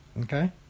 Okay